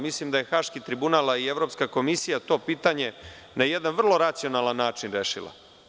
Mislim da je Haški tribunal, a i Evropska komisija to pitanje na jedan vrlo racionalan način rešila.